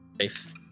safe